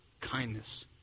kindness